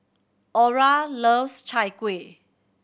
Aura loves Chai Kueh